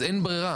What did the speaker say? אז אין ברירה.